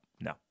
No